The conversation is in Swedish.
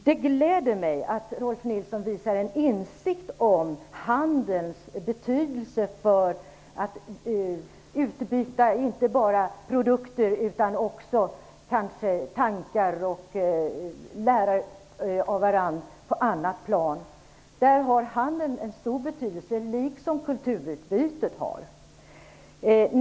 Det gläder mig att Rolf L Nilson visar en insikt om handelns betydelse för utbyte av inte bara produkter utan kanske också av tankar, så att man kan lära av varandra på andra plan. Där har handels liksom kulturutbytet stor betydelse.